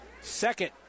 Second